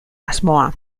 asmoa